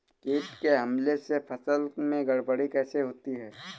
कीट के हमले से फसल में गड़बड़ी कैसे होती है?